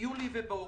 ביולי ובאוגוסט,